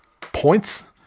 points